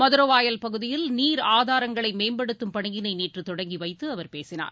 மதரவாயல் பகுதியில் நீர் ஆதாரங்களை மேம்படுத்தும் பணியிளை நேற்று தொடங்கி வைத்து அவர் பேசினார்